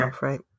right